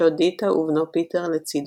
כשאשתו דיטה ובנו פיטר לצידו.